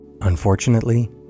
Unfortunately